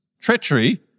treachery